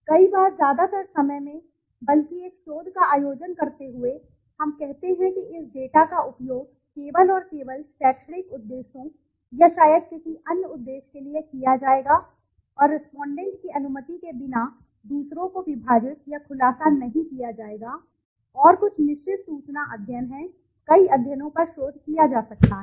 कई बार ज्यादातर समय में बल्कि एक शोध का आयोजन करते हुए हम कहते हैं कि इस डेटा का उपयोग केवल और केवल शैक्षणिक उद्देश्यों या शायद किसी अन्य उद्देश्य के लिए किया जाएगा और रेस्पोंडेंट की अनुमति के बिना दूसरों को विभाजित या खुलासा नहीं किया जाएगा लेकिन और कुछ निश्चित सूचना अध्ययन हैं कई अध्ययनों पर शोध किया जा सकता है